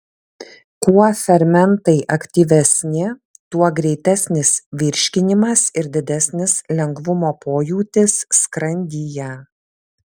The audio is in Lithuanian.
kuo fermentai aktyvesni tuo greitesnis virškinimas ir didesnis lengvumo pojūtis skrandyje